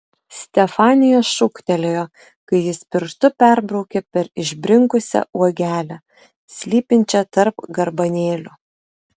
stefanija šūktelėjo kai jis pirštu perbraukė per išbrinkusią uogelę slypinčią tarp garbanėlių